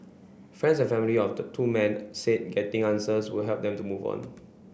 friends and family of the two men said getting answers would help them to move on